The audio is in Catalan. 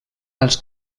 als